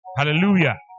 Hallelujah